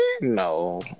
No